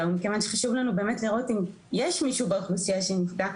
מכיוון שחשוב לנו באמת לראות אם יש מישהו באוכלוסייה שנפגע,